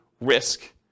risk